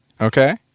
Okay